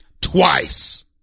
twice